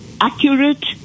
accurate